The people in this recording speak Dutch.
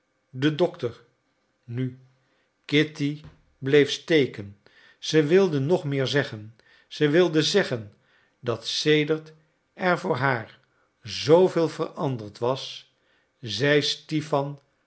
de dokter nu kitty bleef steken zij wilde nog meer zeggen zij wilde zeggen dat sedert er voor haar zooveel veranderd was zij stipan